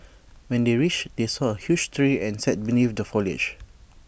when they reached they saw A huge tree and sat beneath the foliage